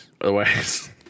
Otherwise